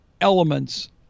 elements